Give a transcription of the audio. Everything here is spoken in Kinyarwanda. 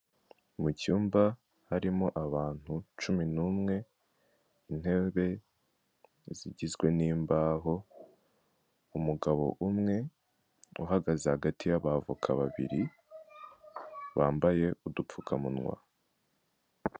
Mu cyuyumba harimo abantu cumi nu'umwe intebe zigizwe n'imbaho, umugabo umwe uhagaze hagati y'abavoka babiri bambaye udupfukamunwa.